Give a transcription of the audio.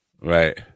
Right